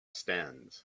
stands